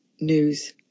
news